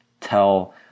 tell